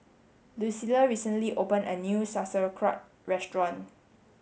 Lucile recently opened a new Sauerkraut restaurant